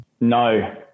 No